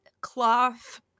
cloth